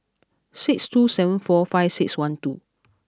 six two seven four five six one two